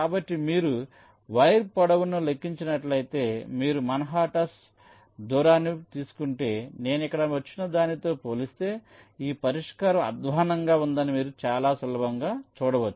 కాబట్టి మీరు వైర్ పొడవును లెక్కించినట్లయితే మీరు మాన్హాటన్ దూరాన్ని తీసుకుంటే నేను ఇక్కడకు వచ్చిన దానితో పోలిస్తే ఈ పరిష్కారం అధ్వాన్నంగా ఉందని మీరు చాలా సులభంగా చూడవచ్చు